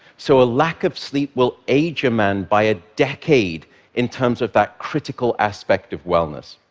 so a lack of sleep will age a man by a decade in terms of that critical aspect of wellness.